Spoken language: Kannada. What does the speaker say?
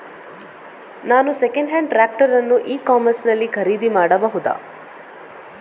ನಾನು ಸೆಕೆಂಡ್ ಹ್ಯಾಂಡ್ ಟ್ರ್ಯಾಕ್ಟರ್ ಅನ್ನು ಇ ಕಾಮರ್ಸ್ ನಲ್ಲಿ ಖರೀದಿ ಮಾಡಬಹುದಾ?